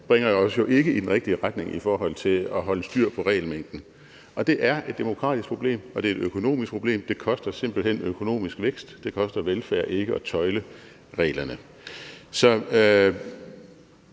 bringer os jo ikke i den rigtige retning i forhold til at holde styr på regelmængden, og det er et demokratisk problem, og det er et økonomisk problem. Det koster simpelt hen økonomisk vækst, det koster velfærd ikke at tøjle reglerne. Så